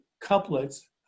couplets